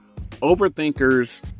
overthinkers